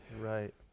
Right